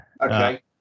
Okay